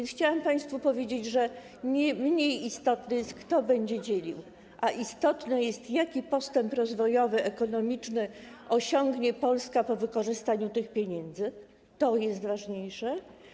Chciałam państwu powiedzieć, że mniej istotne jest, kto będzie dzielił, a istotne jest, jaki postęp rozwojowy, ekonomiczny osiągnie Polska po wykorzystaniu tych pieniędzy, to jest ważniejsze.